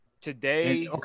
today